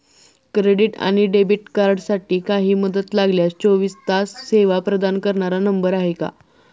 Credit आणि debit कार्डसाठी काही मदत लागल्यास चोवीस तास सेवा प्रदान करणारा नंबर आहे का?